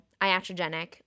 iatrogenic